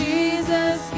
Jesus